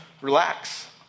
relax